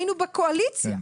היינו בקואליציה.